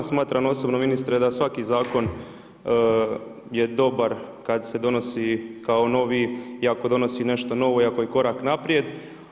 Smatram osobno, ministre, da svaki zakon je dobar kad se donosi kao novi i ako donosi nešto novo i ako je korak naprijed.